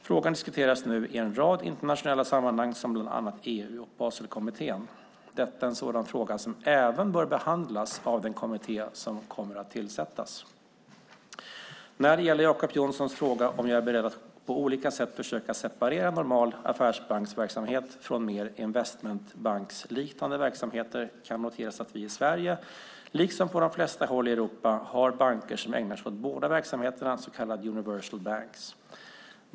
Frågan diskuteras nu i en rad internationella sammanhang som bland annat EU och Baselkommittén. Detta är en sådan fråga som även bör behandlas av den kommitté som kommer att tillsättas. När det gäller Jacob Johnsons fråga om jag är beredd att på olika sätt försöka separera normal affärsbanksverksamhet från mer investmentbanksliknande verksamheter kan noteras att vi i Sverige liksom på de flesta håll i Europa har banker som ägnar sig åt båda verksamheterna, så kallade universalbanker.